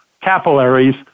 capillaries